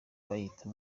bayita